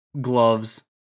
gloves